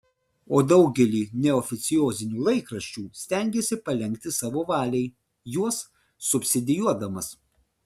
o daugelį neoficiozinių laikraščių stengėsi palenkti savo valiai juos subsidijuodamas